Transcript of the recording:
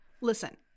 Listen